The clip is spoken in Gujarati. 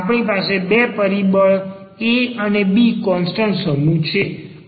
આપણી પાસે બે પરિબળ a અને b કોન્સ્ટન્ટ સમૂહ છે